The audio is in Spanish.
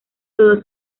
todas